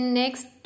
next